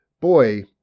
Boy